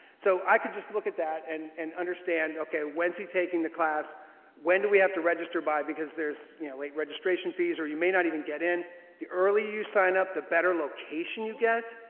so i could just look at that and and understand okay when's he taking the class when do we have to register by because there's you know late registration fees or you may not even get in the earlier you sign up the better location you get.